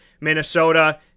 Minnesota